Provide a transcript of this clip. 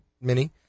Mini